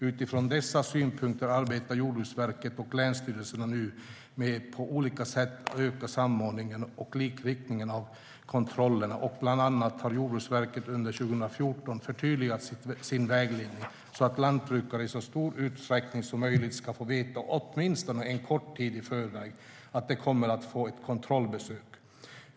Utifrån dessa synpunkter arbetar Jordbruksverket och länsstyrelserna nu med att på olika sätt öka samordningen och likriktningen av kontrollerna. Bland annat har Jordbruksverket under 2014 förtydligat sin vägledning så att lantbrukare i så stor utsträckning som möjligt ska få veta, åtminstone en kort tid i förväg, att de kommer att få ett kontrollbesök.